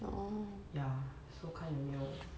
ya so 看有没有